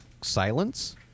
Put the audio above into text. silence